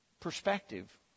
perspective